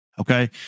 Okay